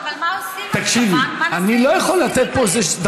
אני לא יכול לתת פה, מה מתכוונים לעשות?